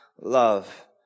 love